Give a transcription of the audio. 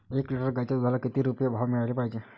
एक लिटर गाईच्या दुधाला किती रुपये भाव मिळायले पाहिजे?